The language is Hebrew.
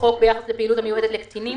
החוק ביחס לפעילות המיועדת לקטינים.